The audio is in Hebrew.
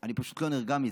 אני פשוט לא נרגע מזה,